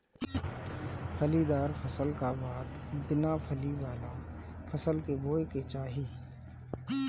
फलीदार फसल का बाद बिना फली वाला फसल के बोए के चाही